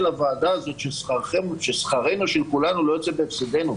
הוועדה זאת ששכרנו של כולנו לא יוצא בהפסדנו.